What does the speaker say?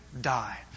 die